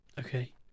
Okay